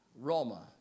Roma